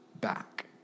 back